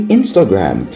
Instagram